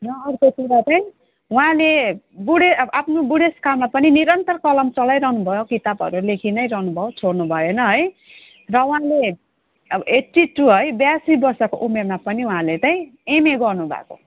र अर्को कुरा चाहिँ उहाँले बुढे अब आफ्नो बुढेसकामा पनि निरन्तर कलम चलाइरहनु भयो किताबहरू लेखि नै रहनु भयो छोड्नु भएन है र उहाँले अब एट्टि टू है बयासी वर्षको उमेरमा पनि उहाँले चाहिँ एमए गर्नु भएको